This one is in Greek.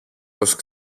πως